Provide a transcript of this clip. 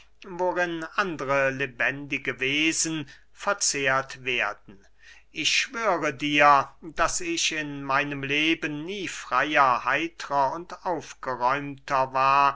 worin andre lebendige wesen verzehrt werden ich schwöre dir daß ich in meinem leben nie freyer heitrer und aufgeräumter war